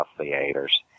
theaters